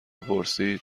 پرسید